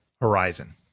horizon